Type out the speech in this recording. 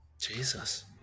Jesus